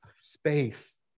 space